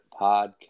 Podcast